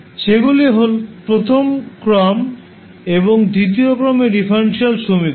সেগুলি প্রথম ক্রম এবং দ্বিতীয় ক্রমের ডিফারেনশিয়াল সমীকরণ